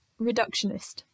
reductionist